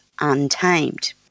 Untamed